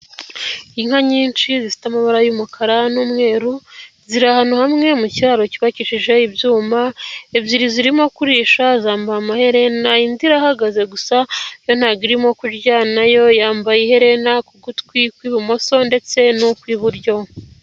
Inka nyinshi zifite amabara y'umukara n'umweru ziri ahantu hamwe mu kiraro cyubakishije ibyuma, ebyiri zirimo kurisha zamba amahere, indi irahagaze gusa yo ntawo irimo kurya nayo yambaye ihena ku gutwi kw'ibumoso ndetse n'ukw'iburyo.